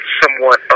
somewhat